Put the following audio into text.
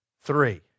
three